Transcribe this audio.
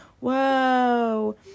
whoa